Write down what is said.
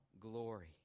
glory